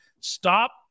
Stop